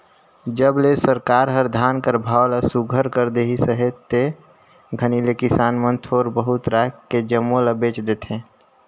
जब ले सरकार हर धान कर भाव ल सुग्घर कइर देहिस अहे ते घनी ले किसान मन थोर बहुत राएख के जम्मो ल बेच देथे